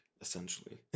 essentially